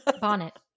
Bonnet